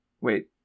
Wait